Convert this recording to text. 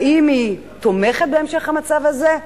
האם היא תומכת בהמשך המצב הזה?